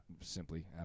simply